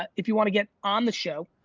if you wanna get on the show,